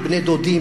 בני דודים,